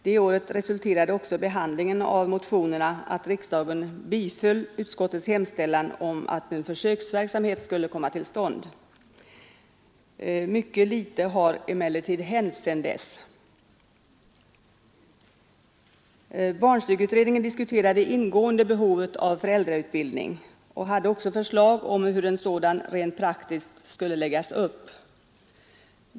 Sistnämnda år resulterade behandlingen av motionerna också i att riksdagen biföll utskottets hemställan att en försöksverksamhet skulle komma till stånd. Ytterst litet har emellertid hänt sedan dess. Barnstugeutredningen diskuterade ingående behovet av föräldrautbildning och hade också förslag om hur en sådan rent praktiskt skulle läggas upp.